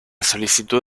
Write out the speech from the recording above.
solicitud